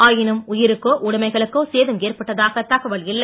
ஆயினும் உயிருக்கோ உடமைகளுக்கோ சேதம் ஏற்பட்டதாக தகவல் இல்லை